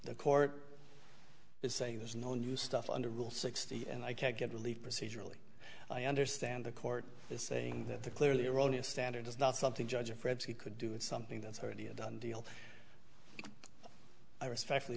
the court is saying there's no new stuff under rule sixty and i can't get really procedurally i understand the court is saying that the clearly erroneous standard is not something judge of fred's he could do it's something that's already a done deal i respectfully